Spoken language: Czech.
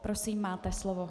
Prosím, máte slovo.